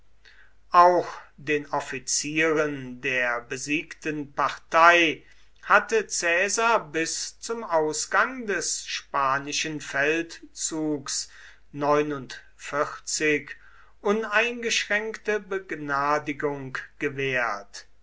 auch den offizieren der besiegten partei hatte caesar bis zum ausgang des spanischen feldzugs uneingeschränkte begnadigung gewährt